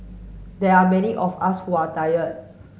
there are many of us who are tired